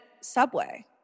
Subway